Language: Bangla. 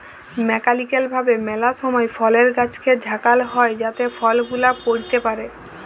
মেকালিক্যাল ভাবে ম্যালা সময় ফলের গাছকে ঝাঁকাল হই যাতে ফল গুলা পইড়তে পারে